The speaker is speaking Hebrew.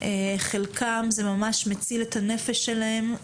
חלקם זה ממש מציל את הנפש שלהם,